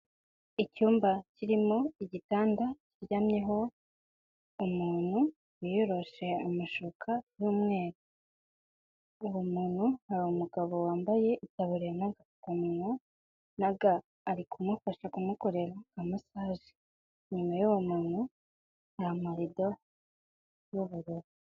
Icyumba kirimo igitanda kiryamyeho umuntu wiyoroshe amashuka y'umweru, uwo muntu hari umugabo wambaye itaburiya n'agapfukamunwa na ga ari kumufasha kumukorera na masaje. Inyuma y'uwo muntu hari amarido y'ubururu.